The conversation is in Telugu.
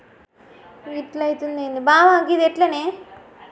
చెల్లింపు రకాలు ఏమిటి?